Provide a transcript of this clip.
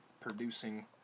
producing